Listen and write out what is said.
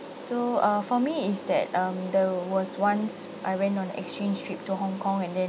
so uh for me is that um there was once I went on exchange trip to hong kong and then